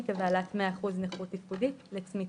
כבעלת מאה אחוז נכות תפקודית לצמיתות.